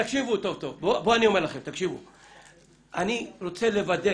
תקשיבו טוב-טוב, אני רוצה לוודא